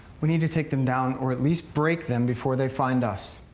we need to take them down, or at least break them before they find us.